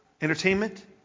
Entertainment